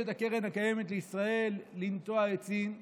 הקרן הקיימת לישראל מבקשת לנטוע עצים בנגב.